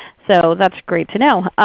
so that's great to know.